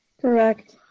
Correct